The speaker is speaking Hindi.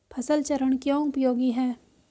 फसल चरण क्यों उपयोगी है?